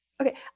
Okay